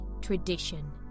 tradition